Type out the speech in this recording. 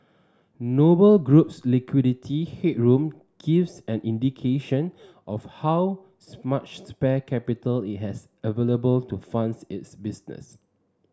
Noble Group's liquidity headroom gives an indication of how much spare capital it has available to funds its business